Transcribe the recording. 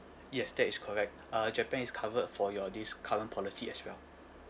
yes that is correct uh japan is covered for your this current policy as well